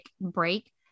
break